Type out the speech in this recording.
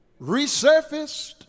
resurfaced